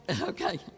okay